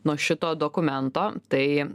nuo šito dokumento tai